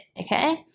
okay